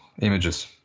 images